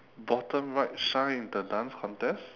bottom right shine in the dance contest